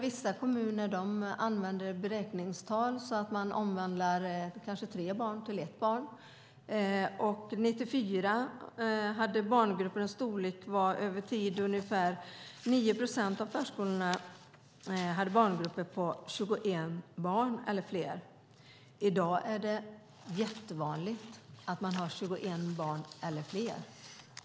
Vissa kommuner använder dock beräkningstal där man omvandlar kanske tre barn till ett barn. År 1994 hade 9 procent av förskolorna barngrupper på 21 barn eller fler. I dag är det jättevanligt att man har 21 barn eller fler.